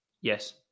Yes